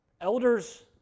Elders